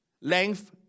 length